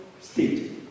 state